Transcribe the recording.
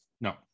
No